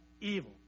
evil